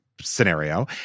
scenario